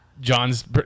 john's